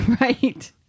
Right